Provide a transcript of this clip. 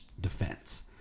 defense